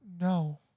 no